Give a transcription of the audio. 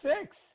six